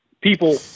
people